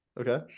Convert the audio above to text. Okay